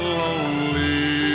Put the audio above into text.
lonely